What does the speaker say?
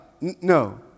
no